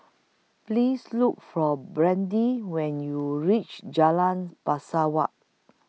Please Look For Brandi when YOU REACH Jalan Pesawat